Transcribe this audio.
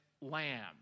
lamb